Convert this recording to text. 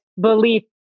belief